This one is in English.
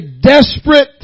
desperate